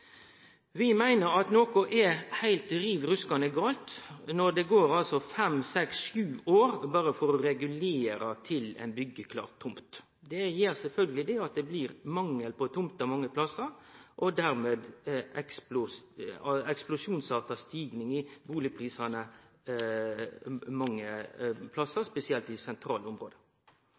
Vi meiner at noko er riv ruskande feil når det altså går fem, seks, sju år berre for å regulere til ein byggjeklar tomt. Det fører sjølvsagt med seg at det blir mangel på tomter mange plassar, og at ein dermed får ei eksplosjonsarta stigning i bustadprisane, spesielt i sentrale område.